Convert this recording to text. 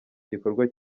gikorwa